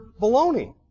baloney